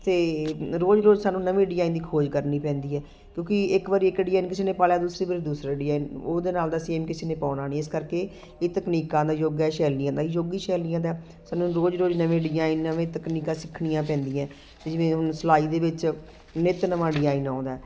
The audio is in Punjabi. ਅਤੇ ਰੋਜ਼ ਰੋਜ਼ ਸਾਨੂੰ ਨਵੇਂ ਡਿਜਾਈਨ ਦੀ ਖੋਜ ਕਰਨੀ ਪੈਂਦੀ ਹੈ ਕਿਉਂਕਿ ਇੱਕ ਵਾਰ ਇੱਕ ਡਿਜਾਈਨ ਕਿਸੇ ਨੇ ਪਾ ਲਿਆ ਦੂਸਰੀ ਵਾਰ ਦੂਸਰਾ ਡਿਜਾਈਨ ਉਹਦੇ ਨਾਲ ਦਾ ਸੇਮ ਕਿਸੇ ਨੇ ਪਾਉਣਾ ਨਹੀਂ ਇਸ ਕਰਕੇ ਇਹ ਤਕਨੀਕਾਂ ਦਾ ਯੁੱਗ ਹੈ ਸ਼ੈਲੀਆਂ ਦਾ ਯੁੱਗ ਹੀ ਸ਼ੈਲੀਆਂ ਦਾ ਸਾਨੂੰ ਰੋਜ਼ ਰੋਜ਼ ਨਵੇਂ ਡਿਜਾਈਨ ਨਵੇਂ ਤਕਨੀਕਾਂ ਸਿੱਖਣੀਆਂ ਪੈਂਦੀਆਂ ਜਿਵੇਂ ਹੁਣ ਸਿਲਾਈ ਦੇ ਵਿੱਚ ਨਿੱਤ ਨਵਾਂ ਡਿਜਾਈਨ ਆਉਂਦਾ